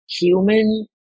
human